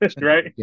Right